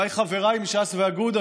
אולי חבריי מש"ס ואגודה,